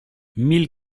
mille